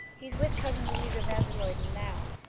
he's with cousin louisa van der luyden now.